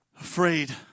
Afraid